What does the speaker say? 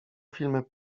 filmy